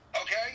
Okay